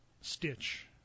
Stitch